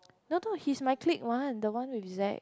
no no he's my clique one the one with Zack